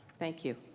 thank you.